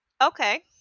Okay